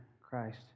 Christ